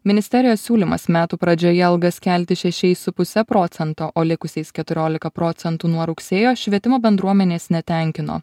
ministerijos siūlymas metų pradžioje algas kelti šešiais su puse procento o likusiais keturiolika procentų nuo rugsėjo švietimo bendruomenės netenkino